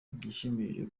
igishimishije